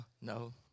no